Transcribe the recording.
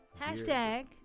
hashtag